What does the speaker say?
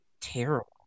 terrible